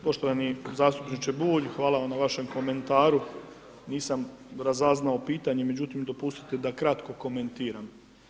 Poštovani zastupniče Bulj, hvala vam na vašem komentaru, nisam razaznao pitanje, međutim, dopustite da kratko komentiram.